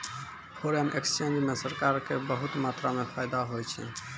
foreign exchange म सरकार क बहुत मात्रा म फायदा होय छै